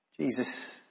Jesus